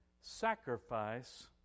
sacrifice